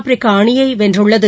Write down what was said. Africa அணியைவென்றுள்ளது